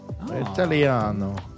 Italiano